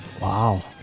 Wow